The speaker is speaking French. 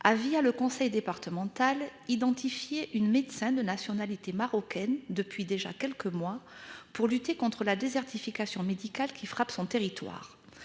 Ah via le conseil départemental identifié une médecin de nationalité marocaine depuis déjà quelques mois pour lutter contre la désertification médicale qui frappe son territoire.